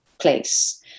place